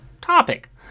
topic